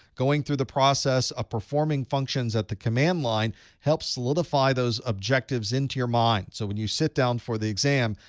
going through the process of performing functions at the command line helps solidify those objectives into your mind so when you sit down for the exam,